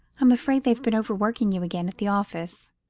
i'm afraid they've been overworking you again at the office.